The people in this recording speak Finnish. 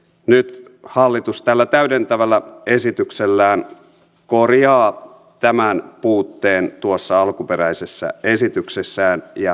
nyt hallitus tällä täydentävällä esityksellään korjaa tämän puutteen tuossa alkuperäisessä esityksessään ja hyvä niin